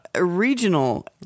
Regional